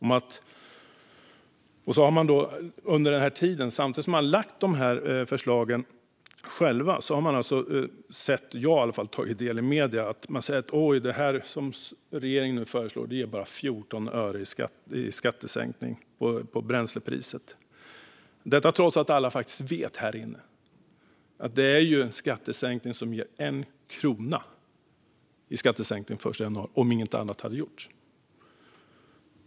Samtidigt som man har lagt fram dessa förslag själv har man sagt - jag har i alla fall tagit del av det i medierna - att det regeringen föreslår bara ger 14 öre i skattesänkning på bränslepriset. Detta säger man trots att alla här inne faktiskt vet att det är en skattesänkning om 1 krona den 1 januari om inget annat hade gjorts.